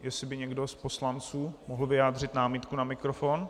Jestli by někdo z poslanců mohl vyjádřit námitku na mikrofon.